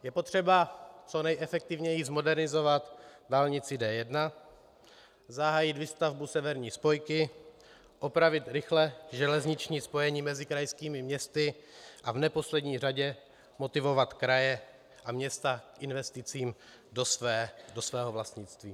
Je potřeba co nejefektivněji zmodernizovat dálnici D1, zahájit výstavbu severní spojky, opravit rychle železniční spojení mezi krajskými městy a v neposlední řadě motivovat kraje a města k investicím do svého vlastnictví.